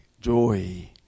joy